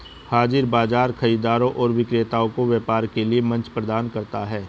हाज़िर बाजार खरीदारों और विक्रेताओं को व्यापार के लिए मंच प्रदान करता है